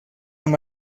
amb